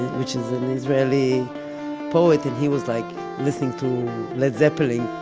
which is an israeli poet, and he was like listening to led zepplin